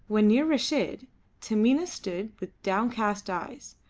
when near reshid taminah stood with downcast eyes.